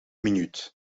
minuut